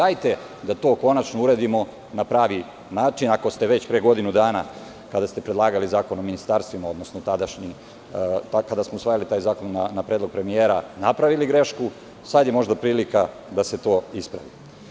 Hajde da to konačnouradimo na pravi način, ako ste već pre godinu dana, kada ste predlagali zakon o ministarstvima tadašnji, odnosno kada smo usvajali taj zakon na predlog premijera, napravili grešku, sada je možda prilika da se to ispravi.